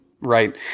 Right